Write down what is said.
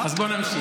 אז בוא נמשיך.